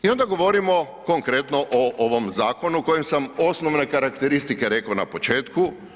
I onda govorimo konkretno o ovom zakonu kojem sam osnovne karakteristike reko na početku.